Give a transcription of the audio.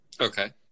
Okay